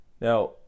Now